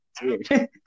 dude